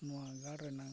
ᱱᱚᱣᱟ ᱜᱟᱲ ᱨᱮᱱᱟᱝ